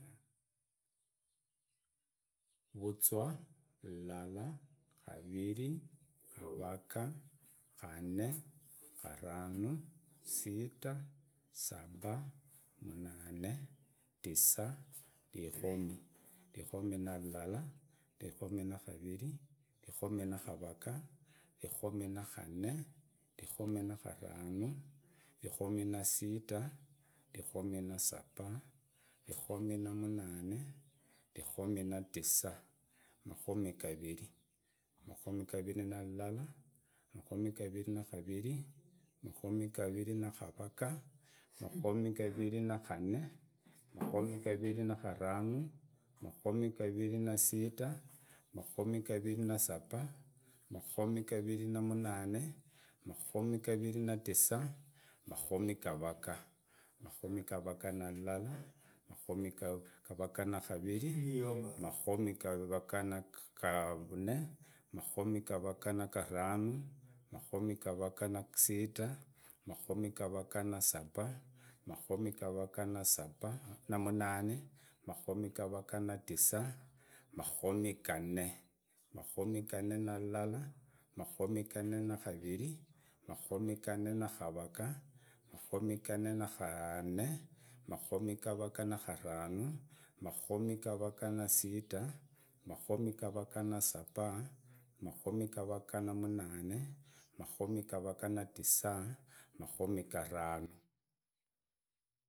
Vuzwa. lylala. kavile. kavaga. kanne. katano sita. saba. mnane. tisa. rikumi. vikomi na lylala. lykomi na kavile lykomi na gavage. lykomi na gane lykomi na gatano. lyrikomi na sita lyikomi na saba lyikomi na mnane lyikomi na tisa makomi gavile, makomi gavile na lylala, makomi gavile na gavile. makomi gavile na gavage. makomi gavile na gane, makomi gavile na gatano. makomi gavile na sita. makomi gavile na saba, makomi gavile na mnane, makomi gavele na tisa, makomi gavage makomi gavage na lylala makomi ga- gavage na nagavile makomi gavage na gaa- ganne, makomi gavage na gutano makumi gavage na ku sita, makumi gavaga na saba, makumi gavage na saba na mnane makumi gavaga na tisa, makomi gane, makomi gane iylala, makomi gane na gavile. makomi gane na gavage, makomi gavage na garane, makomi gavage na gatano, makomi gavage na sita. makomi gavage na saba, makomi gavage na mnane, makomi gavage na tisa makomi gatano.